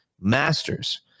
Masters